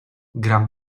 gram